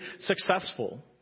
successful